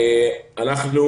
אנחנו